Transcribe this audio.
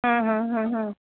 हम्म हम्म हम्म